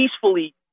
peacefully